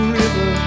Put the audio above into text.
river